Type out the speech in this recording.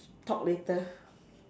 talk later